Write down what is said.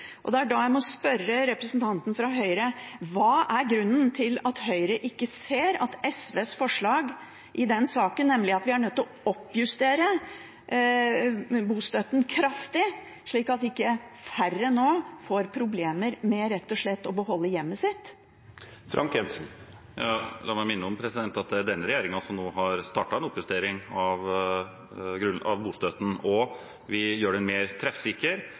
Da må jeg spørre representanten fra Høyre: Hva er grunnen til at Høyre ikke ser SVs forslag i den saken – nemlig at vi er nødt å oppjustere bostøtten kraftig, slik at ikke flere nå får problemer med rett og slett å beholde hjemmet sitt? La meg minne om at det er denne regjeringen som har startet en oppjustering av bostøtten. Vi gjør den mer treffsikker,